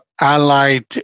allied